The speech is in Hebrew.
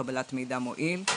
קבלת מידע מועיל,